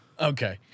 Okay